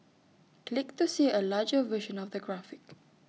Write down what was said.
click to see A larger version of the graphic